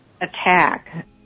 attack